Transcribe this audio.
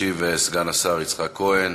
ישיב סגן השר יצחק כהן.